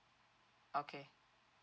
okay